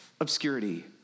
obscurity